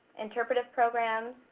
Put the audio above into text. interpretive programs.